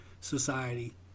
society